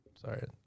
sorry